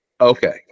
Okay